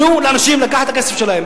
תנו לאנשים לקחת את הכסף שלהם,